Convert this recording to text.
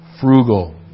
frugal